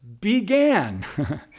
began